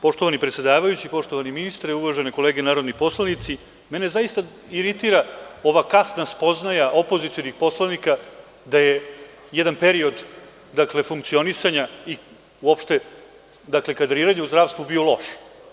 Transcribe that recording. Poštovani predsedavajući, poštovani ministre, uvažene kolege narodni poslanici, mene zaista iritira ova kasna spoznaja opozicionih poslanika da je jedan period funkcionisanja, i uopšte kadriranja u zdravstvu bio loš.